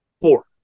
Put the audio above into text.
Four